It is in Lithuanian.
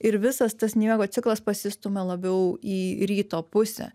ir visas tas miego ciklas pasistumia labiau į ryto pusę